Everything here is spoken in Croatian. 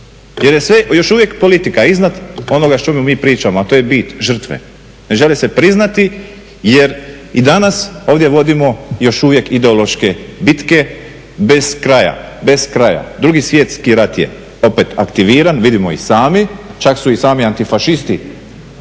jer je sve još uvijek politika iznad onoga što mi pričamo, a to je bit žrtve. Ne želi se priznati jer i danas ovdje vodimo još uvijek ideološke bitke bez kraja. Bez kraja. Drugi svjetski rat je opet aktiviran, vidimo i sami, čak su i sami antifašisti